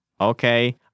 Okay